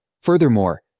Furthermore